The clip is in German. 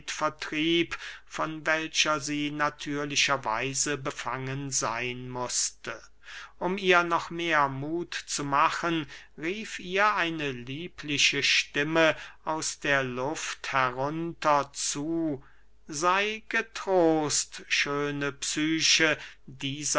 vertrieb von welcher sie natürlicher weise befangen seyn mußte um ihr noch mehr muth zu machen rief ihr eine liebliche stimme aus der luft herunter zu sey getrost schöne psyche dieser